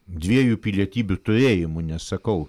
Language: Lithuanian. dviejų pilietybių turėjimu nes sakau